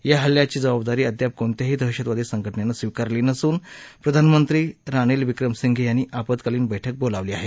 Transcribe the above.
या हल्ल्याची जबाबदारी अद्याप कोणत्याही दहशतवादी संघटनेनं स्वीकारली नसून प्रधानमंत्री रानील विक्रमसिंघे यांनी आपत्कालीन बैठक बोलावली आहे